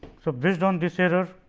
so, based on this error,